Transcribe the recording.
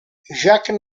jacques